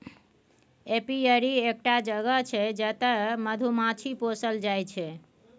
apiary एकटा जगह छै जतय मधुमाछी पोसल जाइ छै